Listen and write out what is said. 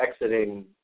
exiting